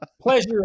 pleasure